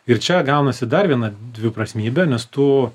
ir čia gaunasi dar viena dviprasmybė nes tu